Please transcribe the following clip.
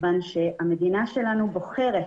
כיוון שהמדינה שלנו בוחרת